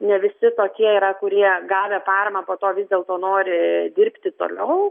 ne visi tokie yra kurie gavę paramą po to vis dėlto nori dirbti toliau